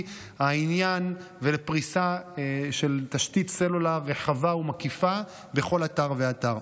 העניין ולפריסה של תשתית סלולר רחבה ומקיפה בכל אתר ואתר.